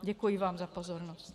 Děkuji vám za pozornost.